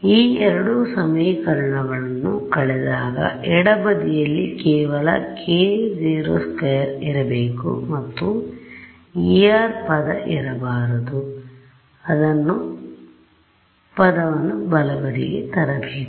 ಈ ಎರಡು ಸಮೀಕರಣಗಳನ್ನು ಕಳೆದಾಗ ಎಡ ಬದಿಯಲ್ಲಿ ಕೇವಲ k02 ಇರಬೇಕು ಮತ್ತು εr ಪದ ಇರಬಾರದು ಅದನ್ನು ಪದವನ್ನು ಬಲಬದಿಗೆ ತರಬೇಕು